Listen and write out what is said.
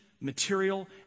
material